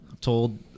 told